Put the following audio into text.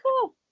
cool